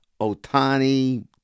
Otani